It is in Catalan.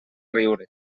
riure